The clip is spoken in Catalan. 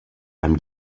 amb